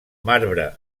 marbre